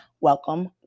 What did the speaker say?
welcome